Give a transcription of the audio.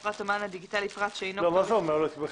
מה זה אומר?